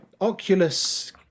Oculus